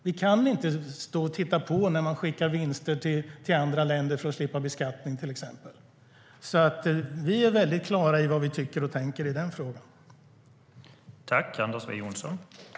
Vi kan inte stå och titta på när man skickar vinster till andra länder för att slippa beskattning, till exempel. Vi är väldigt klara med vad vi tycker och tänker i frågan.